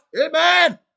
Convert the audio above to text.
Amen